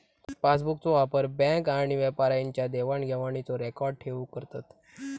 पासबुकचो वापर बॅन्क आणि व्यापाऱ्यांच्या देवाण घेवाणीचो रेकॉर्ड ठेऊक करतत